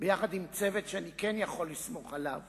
יחד עם צוות שאני כן יכול לסמוך עליו,